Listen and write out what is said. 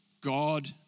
God